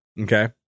Okay